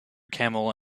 camel